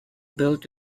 built